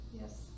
Yes